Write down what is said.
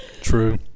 true